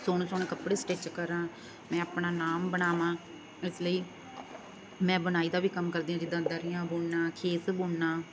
ਸੋਹਣੇ ਸੋਹਣੇ ਕੱਪੜੇ ਸਟਿੱਚ ਕਰਾਂ ਮੈਂ ਆਪਣਾ ਨਾਮ ਬਣਾਵਾਂ ਇਸ ਲਈ ਮੈਂ ਬੁਣਾਈ ਦਾ ਵੀ ਕੰਮ ਕਰਦੀ ਜਿੱਦਾਂ ਦਰੀਆਂ ਬੁਣਨਾ ਖੇਸ ਬੁਣਨਾ